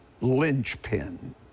linchpin